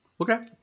Okay